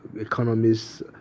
economists